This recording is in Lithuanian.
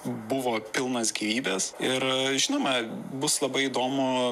buvo pilnas gyvybės ir žinoma bus labai įdomu